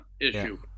issue